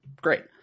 great